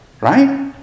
right